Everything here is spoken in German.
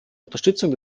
unterstützung